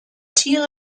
tiere